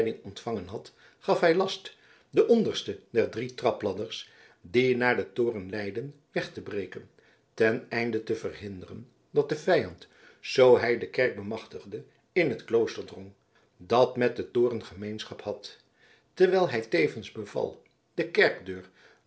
ontvangen had gaf hij last de onderste der drie trapladders die naar den toren leidden weg te breken ten einde te verhinderen dat de vijand zoo hij de kerk bemachtigde in het klooster drong dat met den toren gemeenschap had terwijl hij tevens beval de kerkdeur